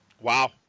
Wow